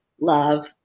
love